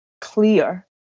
clear